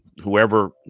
whoever